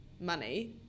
money